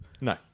No